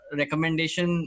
recommendation